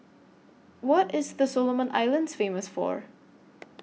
What IS The Solomon Islands Famous For